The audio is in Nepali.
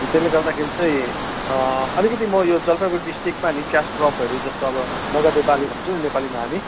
त्यसले गर्दाखेरि चाहिँ अलिकति म यो जलपाइगुडी डिस्ट्रिक्टमा नि क्यास क्रपहरू जस्तो अब नगधे बाली भन्छौँ नि नेपालीमा हामी